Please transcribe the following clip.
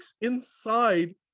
inside